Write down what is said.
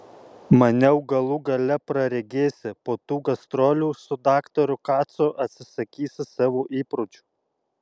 maniau galų gale praregėsi po tų gastrolių su daktaru kacu atsisakysi savo įpročių